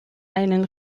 einen